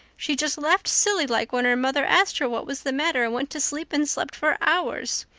she just laughed silly-like when her mother asked her what was the matter and went to sleep and slept for hours.